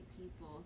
people